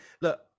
look